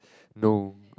no